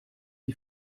die